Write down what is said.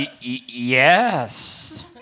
Yes